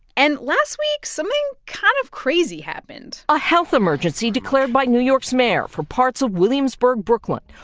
and last week, something kind of crazy happened a health emergency declared by new york's mayor for parts of williamsburg, brooklyn,